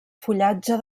fullatge